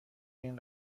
این